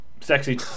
Sexy